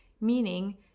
meaning